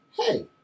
hey